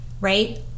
right